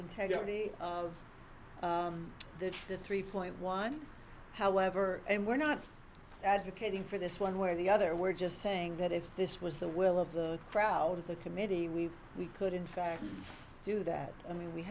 integrity of the three point one however and we're not advocating for this one way or the other we're just saying that if this was the will of the crowd at the committee we've we could in fact do that i mean we